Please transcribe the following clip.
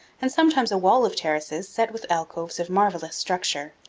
and sometimes a wall of terraces set with alcoves of marvelous structure.